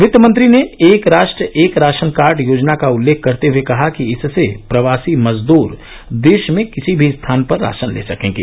वित्त मंत्री ने एक राष्ट्र एक राशन कार्ड योजना का उल्लेख करते हुए कहा कि इससे प्रवासी मजदूर देश में किसी भी स्थान पर राशन ले सकेंगे